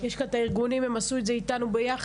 יש כאן את הארגונים, והם עשו את זה איתנו יחד.